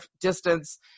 distance